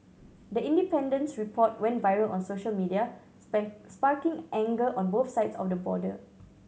the Independent's report went viral on social media sparking anger on both sides of the border